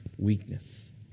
Weakness